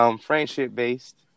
friendship-based